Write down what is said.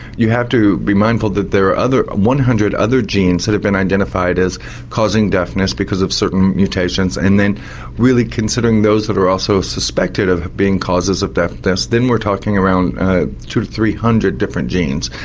you have to be mindful that there are one hundred other genes that have been identified as causing deafness because of certain mutations, and then really considering those that are also suspected of being causes of deafness, then we're talking around two to three hundred different genes.